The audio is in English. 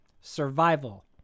survival